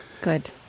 good